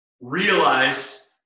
Realize